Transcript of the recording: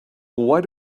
why